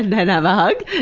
and and have a hug.